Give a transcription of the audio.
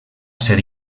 ser